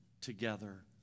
together